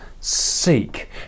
seek